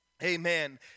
Amen